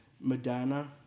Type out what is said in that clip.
Madonna